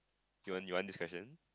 you want you want this question